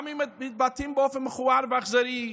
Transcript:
גם אם מתבטאים באופן מכוער ואכזרי,